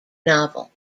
novel